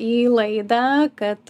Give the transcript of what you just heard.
į laidą kad